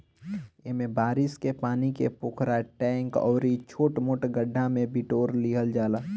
एमे बारिश के पानी के पोखरा, टैंक अउरी छोट मोट गढ्ढा में बिटोर लिहल जाला